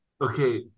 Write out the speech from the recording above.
okay